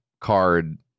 card